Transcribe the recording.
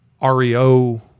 reo